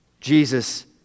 Jesus